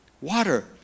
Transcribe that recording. Water